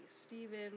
Steven